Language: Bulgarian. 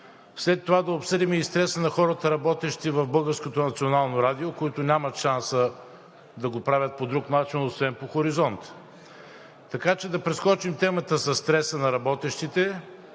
след това да обсъждаме стреса на хората, работещи в БНР, които нямат шанса да го правят по друг начин, освен по „Хоризонт“. Така че да прескочим темата за стреса на работещите.